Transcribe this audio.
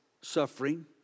suffering